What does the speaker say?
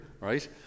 right